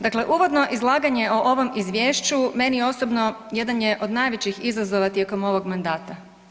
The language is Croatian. Dakle, uvodno izlaganje o ovom izvješću meni osobno jedan je od najvećih izazova tijekom ovog mandata.